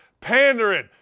pandering